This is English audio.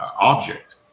object